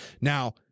Now